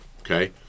okay